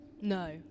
no